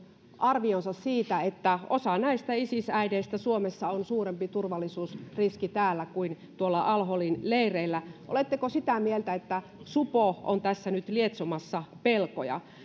arvionsa siitä että osa näistä isis äideistä on suurempi turvallisuusriski suomessa kuin tuolla al holin leirillä oletteko sitä mieltä että supo on tässä nyt lietsomassa pelkoja